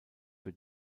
für